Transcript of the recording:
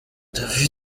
david